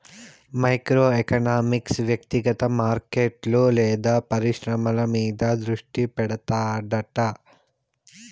micro economics వ్యక్తిగత మార్కెట్లు లేదా పరిశ్రమల మీద దృష్టి పెడతాడట